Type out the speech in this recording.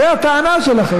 זו הטענה שלכם,